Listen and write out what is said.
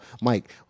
mike